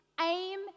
aim